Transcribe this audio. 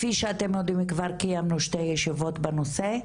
כפי שאתם יודעים כבר קיימנו שתי ישיבות בנושא,